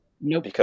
Nope